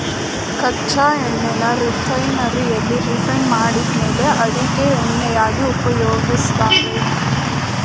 ಕಚ್ಚಾ ಎಣ್ಣೆನ ರಿಫೈನರಿಯಲ್ಲಿ ರಿಫೈಂಡ್ ಮಾಡಿದ್ಮೇಲೆ ಅಡಿಗೆ ಎಣ್ಣೆಯನ್ನಾಗಿ ಉಪಯೋಗಿಸ್ತಾರೆ